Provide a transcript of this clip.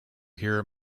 hear